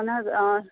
اہن حظ آ